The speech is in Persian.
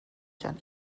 جان